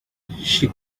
she